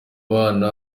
abana